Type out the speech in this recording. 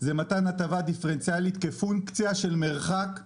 מתן הטבה דיפרנציאלית כפונקציה של מרחק מהמרכז.